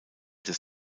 des